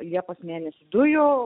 liepos mėnesį dujų